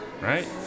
Right